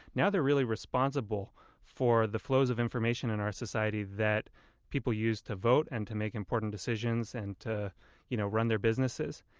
now they're really responsible for the flows of information in our society that people used to vote and to make important decisions and to you know run their businesses.